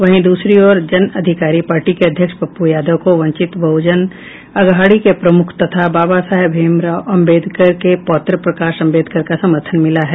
वहीं दूसरी ओर जन अधिकारी पार्टी के अध्यक्ष पप्पू यादव को वंचित बहुजन अघाड़ी के प्रमूख तथा बाबा साहेब भीम राव अंबेडकर के पौत्र प्रकाश अबेंडकर का समर्थन मिला है